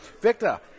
Victor